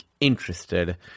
interested